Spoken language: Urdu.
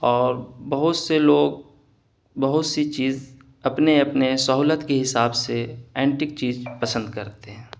اور بہت سے لوگ بہت سی چیز اپنے اپنے سہولت کے حساب سے اینٹک چیز پسند کرتے ہیں